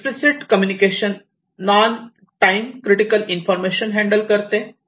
explicit communication non time critical information handle करते